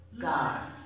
God